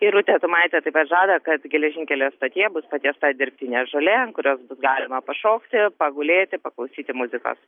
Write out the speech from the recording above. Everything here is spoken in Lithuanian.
irutė tumaitė taip pat žada kad geležinkelio stotyje bus patiesta dirbtinė žolė ant kurios bus galima pašokti pagulėti paklausyti muzikos